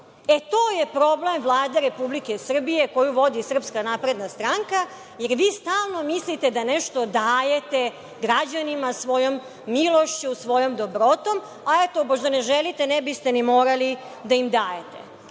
E, to je problem Vlade Republike Srbije koju vodi SNS jer svi stalno mislite da nešto dajete građanima svojom milošću, svojom dobrotom, a da ne želite ne biste ni morali da im dajete.U